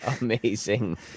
amazing